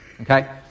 Okay